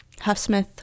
Huffsmith